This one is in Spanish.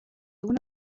una